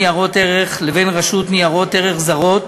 ניירות ערך לבין רשויות ניירות ערך זרות